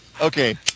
okay